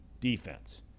defense